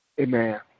Amen